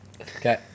Okay